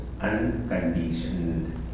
unconditioned